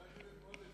חבר הכנסת מוזס,